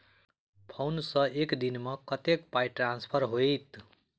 Phone सँ एक दिनमे कतेक पाई ट्रान्सफर होइत?